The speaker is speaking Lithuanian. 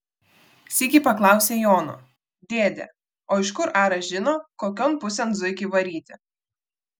sykį paklausė jono dėde o iš kur aras žino kokion pusėn zuikį varyti